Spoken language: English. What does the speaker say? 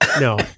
no